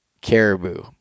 caribou